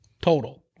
total